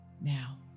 now